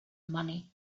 money